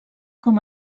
com